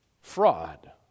fraud